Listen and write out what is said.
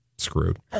screwed